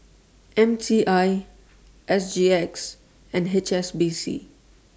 M T I S G X and H S B C